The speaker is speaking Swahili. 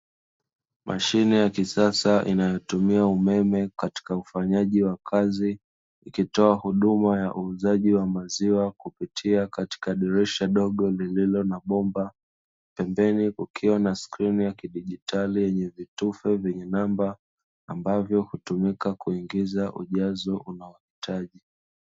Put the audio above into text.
Mashine ya kisasa inayotumia umeme katika ufanyaji wa kazi ikitoa huduma ya uuzaji wa maziwa kupitia katika dirisha dogo lililo na bomba, pembeni kukiwa na skrini ya kidigitali yenye vitufe vyenye namba, ambavyo hutumika kuingizia ujazo unaohitaji.